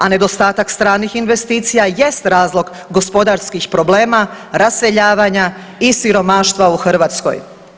A nedostatak stranih investicija jest razlog gospodarskih problema, raseljavanja i siromaštva u Hrvatskoj.